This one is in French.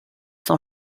son